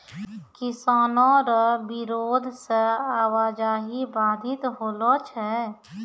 किसानो रो बिरोध से आवाजाही बाधित होलो छै